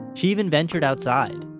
she even ventured outside.